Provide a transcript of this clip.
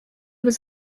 was